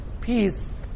peace